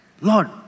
Lord